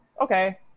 okay